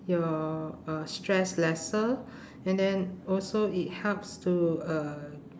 your uh stress lesser and then also it helps to uh